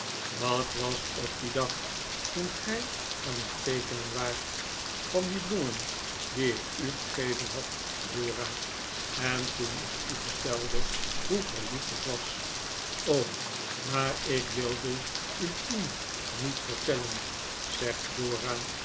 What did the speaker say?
dat was op dien dag toen gij aan het teekenen waart van die bloemen die ik u gegeven had dora en toen ik u vertelde hoe verliefd ik was maar ik wilde u toen niet vertellen zegt dora